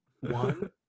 One